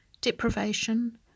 Deprivation